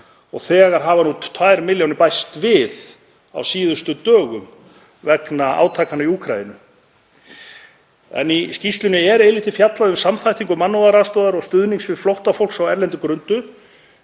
og þegar hafa 2 milljónir bæst við á síðustu dögum vegna átakanna í Úkraínu. Í skýrslunni er eilítið fjallað um samþættingu mannúðaraðstoðar og stuðnings við flóttafólk á erlendri grundu